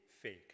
fake